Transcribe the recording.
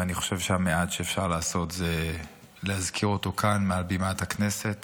ואני חושב שהמעט שאפשר לעשות זה להזכיר אותו כאן מעל בימת הכנסת